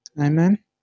Amen